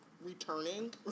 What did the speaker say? Returning